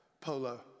polo